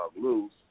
loose